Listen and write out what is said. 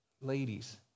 Ladies